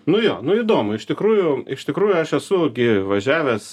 nu jo nu įdomu iš tikrųjų iš tikrųjų aš esu gi važiavęs